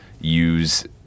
use